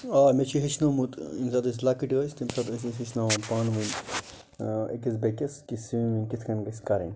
آ مےٚ چھُ ہیٚچھنومُت یمہِ ساتہٕ أسۍ لَکٕٹۍ ٲسۍ تمہِ ساتہٕ ٲسۍ أسۍ ہیٚچھناوان پانہٕ ؤنۍ أکِس بیٚکِس کہِ سُوِمِنٛگ کِتھ کٔنۍ گَژھِ کَرٕنۍ